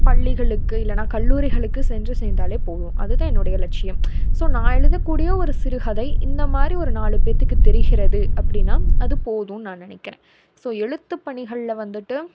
பள்ளிகளுக்கு இல்லைன்னா கல்லூரிகளுக்கு சென்று சேர்ந்தாலே போதும் அதுதான் என்னுடைய லட்சியம் ஸோ நான் எழுதக்கூடிய ஒரு சிறுகதை இந்த மாதிரி ஒரு நாலு பேர்த்துக்கு தெரிகிறது அப்படின்னால் அது போதும்னு நான் நினைக்கிறேன் ஸோ எழுத்து பணிகளில் வந்துட்டு